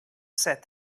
said